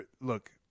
Look